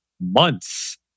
months